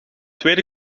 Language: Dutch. tweede